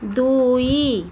ଦୁଇ